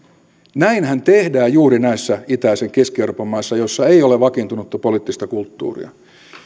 näinhän tehdään juuri näissä itäisen keski euroopan maissa joissa ei ole vakiintunutta poliittista kulttuuria